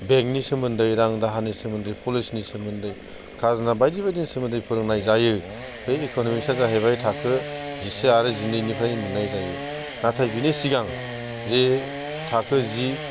बेंकनि सोमोन्दै रां दाहारनि सोमोन्दै पलिसिनि सोमोन्दै खाजोना बायदि बायदिनि सोमोन्दै फोरोंनाय जायो बै इक'न'मिक्सआ जाहैबाय थाखो जिसे आरो जिनैनिफ्राय मोननाय जायो नाथाय बेनि सिगां जे थाखो जि